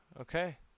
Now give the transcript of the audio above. Okay